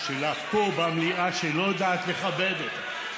שלה פה במליאה, שלא יודעת לכבד אותה.